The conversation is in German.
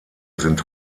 sind